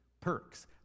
perks